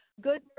good